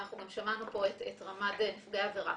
אנחנו גם שמענו פה את רמ"ד נפגעי עבירה,